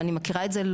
ואני מכירה את זה,